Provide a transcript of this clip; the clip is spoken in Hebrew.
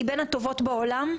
היא בין הטובות בעולם,